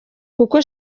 kuko